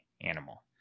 animal